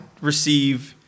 receive